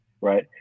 right